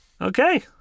okay